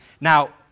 Now